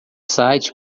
site